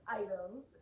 items